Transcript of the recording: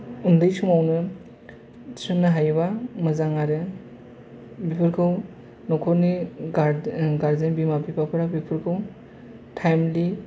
उन्दै समावनो थिसननो हायोबा मोजां आरो इफोरखौ नखरनि गा गार्जेन बिमा बिफा बेफोरखौ टाइमलि